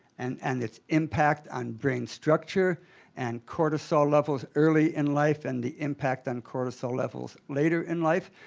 and and its impact on brain structure and cortisol levels early in life and the impact on cortisol levels later in life.